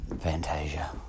Fantasia